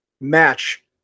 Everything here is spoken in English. match